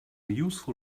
useful